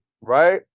Right